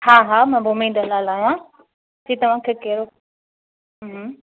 हा हा मां भूमि दलाल आहियां जी तव्हांखे कहिड़ो हम्म